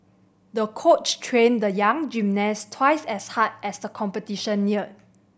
the coach trained the young gymnast twice as hard as the competition neared